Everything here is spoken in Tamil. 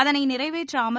அதனை நிறைவேற்றாமல்